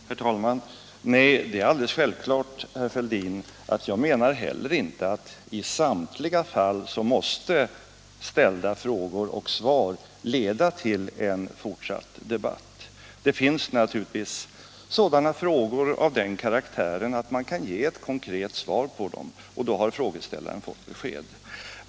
Herr talman! Nej, det är alldeles självklart, herr Fälldin, att jag inte heller menar att i samtliga fall ställda frågor och svar måste leda till en fortsatt debatt. Det finns naturligtvis frågor av den karaktären att man kan ge ett konkret svar på dem, och därmed har frågeställaren fått - Nr 132 besked.